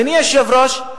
אדוני היושב-ראש,